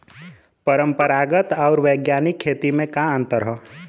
परंपरागत आऊर वैज्ञानिक खेती में का अंतर ह?